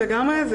אמיתי לגמרי.